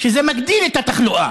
שזה מגדיל את התחלואה,